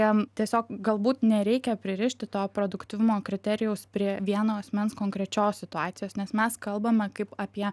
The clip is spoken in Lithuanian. jam tiesiog galbūt nereikia pririšti to produktyvumo kriterijaus prie vieno asmens konkrečios situacijos nes mes kalbam kaip apie